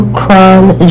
crime